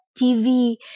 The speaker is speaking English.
TV